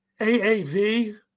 AAV